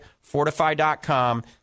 Fortify.com